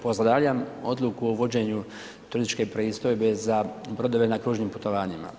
Pozdravljam odluku o vođenju turističke pristojbe za brodove na kružnim putovanjima.